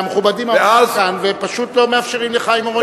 מהמכובדים העומדים כאן ופשוט לא מאפשרים לחיים אורון לדבר,